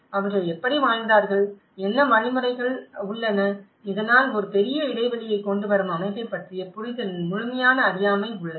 அவர்கள் எப்படி வாழ்ந்தார்கள் என்ன வழிமுறைகள் அவை உள்ளன இதனால் ஒரு பெரிய இடைவெளியைக் கொண்டுவரும் அமைப்பைப் பற்றிய புரிதலின் முழுமையான அறியாமை உள்ளது